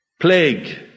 plague